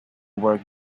work